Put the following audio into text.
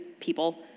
people